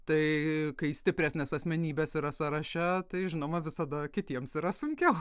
tai kai stipresnės asmenybės yra sąraše tai žinoma visada kitiems yra sunkiau